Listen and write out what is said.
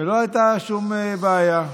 ולא הייתה שום בעיה.